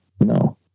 No